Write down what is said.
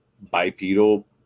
bipedal